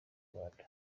rwanda